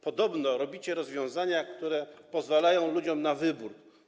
Podobno przygotowujecie rozwiązania, które pozwalają ludziom na wybór.